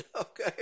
Okay